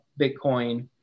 Bitcoin